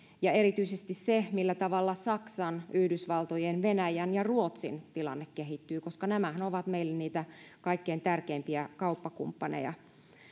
ja erityisesti vaikuttaa se millä tavalla saksan yhdysvaltojen venäjän ja ruotsin tilanne kehittyy koska nämähän ovat meille niitä kaikkein tärkeimpiä kauppakumppaneita